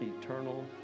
eternal